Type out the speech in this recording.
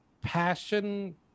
passion